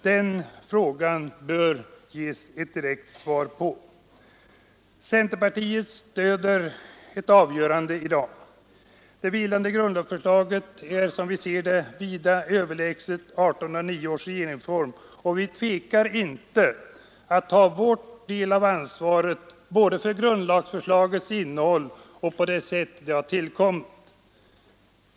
Det bör ges ett direkt svar på den frågan. Centerpartiet stöder ett avgörande i dag. Det vilande grundlagsförslaget är, som vi ser det, vida överlägset 1809 års regeringsform, och vi tvekar inte att ta vår del av ansvaret både för grundlagsförslagets innehåll och för det sätt på vilket det har tillkommit.